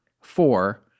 Four